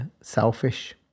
selfish